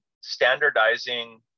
standardizing